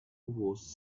was